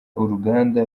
uruganda